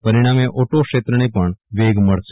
પરિણામે ઓટો ક્ષેત્રને પણ વેગ મળશે